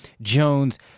jones